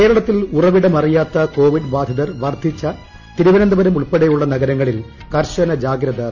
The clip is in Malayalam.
കേരളത്തിൽ ഉറവിടം അറിയാത്ത കോവിഡ് ബാധിതർ വർദ്ധിച്ച തിരുവനന്തപുരം ഉൾപ്പെടെയുളള നഗരങ്ങളിൽ കർശ്ശന ജാഗ്രത തുടരുന്നു